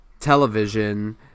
television